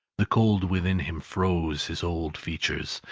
the cold within him froze his old features,